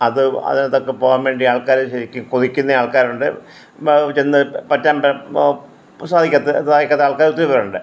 അത് അതിന് തക്ക പോകാൻ വേണ്ടി ആൾക്കാര് ശരിക്കും കൊതിക്കുന്ന ആൾക്കാരുണ്ട് ചെന്ന് പറ്റാൻ സാധിക്കാത്ത സാധിക്കാത്ത ആൾക്കാർ ഒത്തിരിപ്പേരുണ്ട്